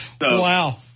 Wow